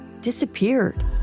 disappeared